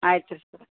ಆಯ್ತು ರೀ ಸರ್